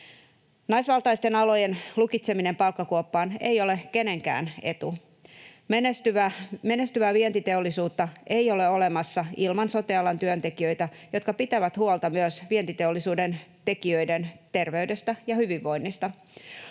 Naisvaltaisten alojen lukitseminen palkkakuoppaan ei ole kenenkään etu. Menestyvää vientiteollisuutta ei ole olemassa ilman sote-alan työntekijöitä, jotka pitävät huolta myös vientiteollisuuden työntekijöiden terveydestä ja hyvinvoinnista.